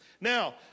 Now